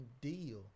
deal